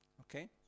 Okay